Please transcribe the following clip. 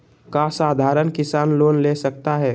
क्या साधरण किसान लोन ले सकता है?